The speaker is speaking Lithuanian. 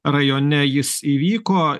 rajone jis įvyko